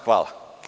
Hvala.